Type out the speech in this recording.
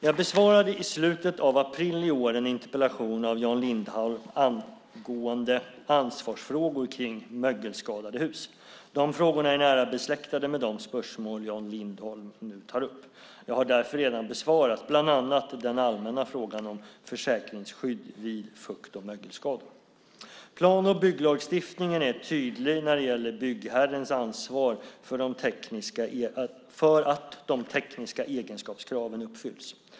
Jag besvarade i slutet av april i år en interpellation av Jan Lindholm om ansvarsfrågor kring mögelskadade hus. De frågorna är nära besläktade med de spörsmål Jan Lindholm nu tar upp. Jag har därför redan besvarat bland annat den allmänna frågan om försäkringsskydd vid fukt och mögelskador. Plan och bygglagstiftningen är tydlig när det gäller byggherrens ansvar för att de tekniska egenskapskraven uppfylls.